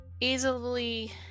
easily